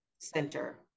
center